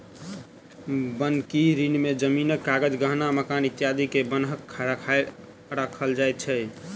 बन्हकी ऋण में जमीनक कागज, गहना, मकान इत्यादि के बन्हक राखल जाय छै